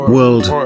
World